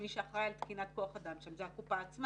מי שאחראי על תקינת כוח-אדם שם זה הקופה עצמה,